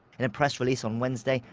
in a press release on wednesday,